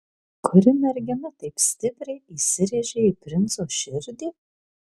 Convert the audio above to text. kuri mergina taip stipriai įsirėžė į princo širdį